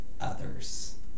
others